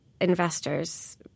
investors –